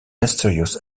mysterious